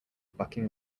bucking